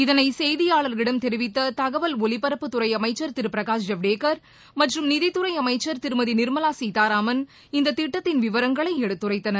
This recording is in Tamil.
இதனைசெய்தியாளர்களிடம் தெரிவித்ததகவல் ஒலிபரப்புத் துறைஅமைச்சர் திருபிரகாஷ் ஜவ்டேகர் மற்றும் நிதித்துறைஅமைச்சர் திருமதிநிர்மலாசீதாராமன் இந்ததிட்டத்தின் விவரங்களைஎடுத்துரைத்தனர்